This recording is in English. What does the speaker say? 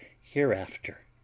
HEREAFTER